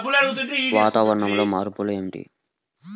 వాతావరణంలో మార్పులకు కారణాలు ఏమిటి?